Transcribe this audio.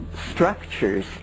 structures